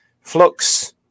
flux